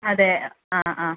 അതെ ആ ആ